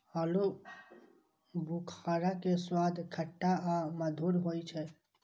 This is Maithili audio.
आलू बुखारा के स्वाद खट्टा आ मधुर होइ छै